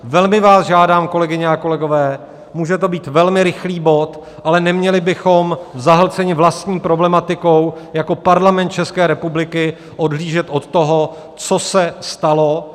Velmi vás žádám, kolegyně a kolegové, může to být velmi rychlý bod, ale neměli bychom zahlceni vlastní problematikou a jako Parlament České republiky odhlížet od toho, co se stalo.